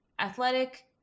athletic